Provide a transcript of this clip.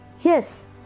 Yes